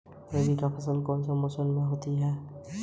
फसल उगाने के विभिन्न चरण क्या हैं?